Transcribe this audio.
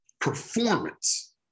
performance